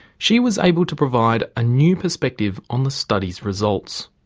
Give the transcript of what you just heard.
she was able to provide a new perspective on the study's results.